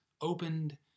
opened